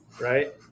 Right